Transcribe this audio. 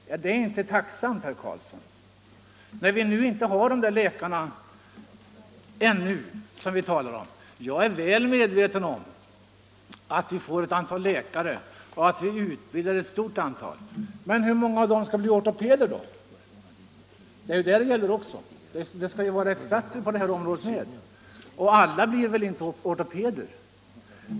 Är det inte tacksamt, herr Karlsson, när vi ännu inte har de läkare som det här talas om? Jag är väl medveten om att vi utbildar ett allt större antal läkare, men hur många av dem skall bli ortopeder? Det är ju det frågan gäller. Det fordras ju experter även på detta område, och alla läkare blir inte ortopeder.